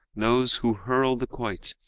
those who hurl the quoit,